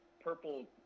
purple